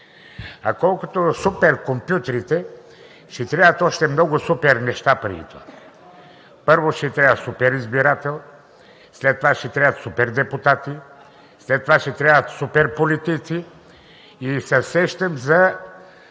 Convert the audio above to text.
А колкото до суперкомпютрите, ще трябват още много супернеща преди това. Първо, ще трябва суперизбирател, след това ще трябват супердепутати, след това ще трябват суперполитици. И се сещам за